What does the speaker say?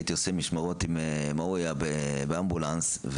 כשהייתי עושה משמרות באמבולנס עם מועאוויה,